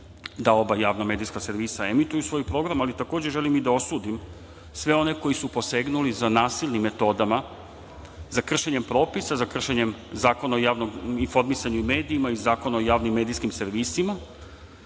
da oba javna medijska servisa emituju svoj program, ali takođe želim i da osudim sve one koji su posegnuli za nasilnim metodama, za kršenjem propisa, za kršenjem Zakona o javnom informisanju i medijima i Zakona o javnim medijskim servisima,